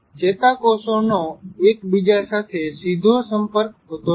ચેતાકોષોનો એક બીજા સાથે સીધો સંપર્ક હોતો નથી